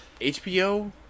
HBO